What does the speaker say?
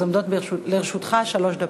עומדות לרשותך שלוש דקות.